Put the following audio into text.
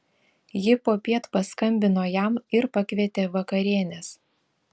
ji popiet paskambino jam ir pakvietė vakarienės